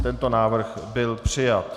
Tento návrh byl přijat.